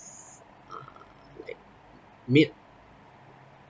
uh that made